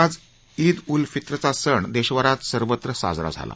आज ईद उल फित्रचा सण देशभरात सर्वत्र साजरा झाला